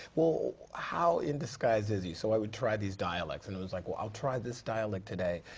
well. how in disguise is he? so i would try these dialects. and it was, like, well, i'll try this dialect today,